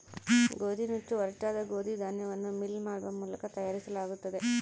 ಗೋದಿನುಚ್ಚು ಒರಟಾದ ಗೋದಿ ಧಾನ್ಯವನ್ನು ಮಿಲ್ ಮಾಡುವ ಮೂಲಕ ತಯಾರಿಸಲಾಗುತ್ತದೆ